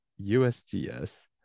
USGS